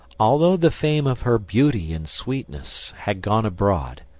although the fame of her beauty and sweetness had gone abroad,